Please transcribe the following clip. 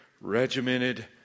regimented